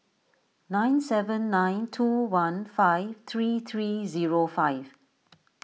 nine seven nine two one five three three zero five